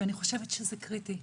אני חושבת שזה קריטי.